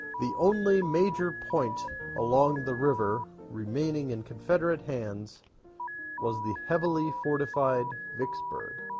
the only major point along the ri ver remaining in confederate hands was the heavily-fortified vicksburg,